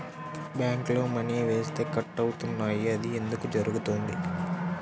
బ్యాంక్లో మని వేస్తే కట్ అవుతున్నాయి అది ఎందుకు జరుగుతోంది?